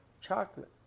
chocolate